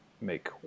make